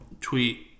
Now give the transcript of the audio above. Tweet